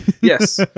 Yes